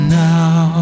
now